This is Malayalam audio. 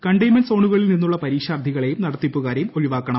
കണ്ടെയ്മെന്റ് സോണുകളിൽ നിന്നുള്ള പരീക്ഷാർത്ഥികളെയും നടത്തിപ്പുകാരെയും ഒഴിവാക്കണം